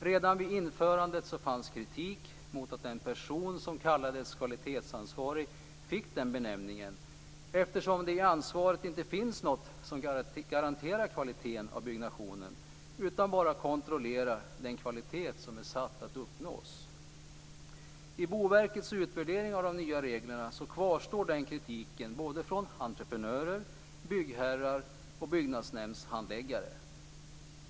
Redan vid införandet fanns kritik mot att den person som kallades kvalitetsansvarig fick den benämningen, eftersom det i dennes ansvar inte ingår något som garanterar kvaliteten på byggnationen utan bara en kontroll av att den kvalitet som satts upp som mål uppnås. I Boverkets utvärdering av de nya reglerna kvarstår den kritiken från entreprenörer, byggherrar och byggnadsnämndshandläggare.